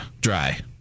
dry